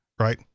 Right